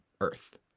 earth